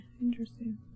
Interesting